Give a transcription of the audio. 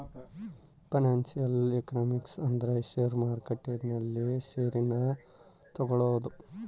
financial economics ಅಂದ್ರ share market ನಲ್ಲಿ share ನ ತಗೋಳೋದು